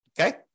Okay